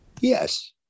Yes